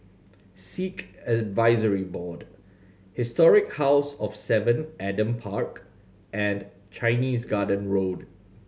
Sikh Advisory Board Historic House of Seven Adam Park and Chinese Garden Road